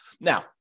Now